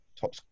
Top